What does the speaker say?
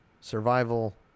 Survival